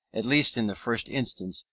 at least in the first instance,